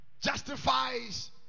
justifies